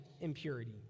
impurity